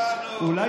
הבנו, הבנו, הבנו.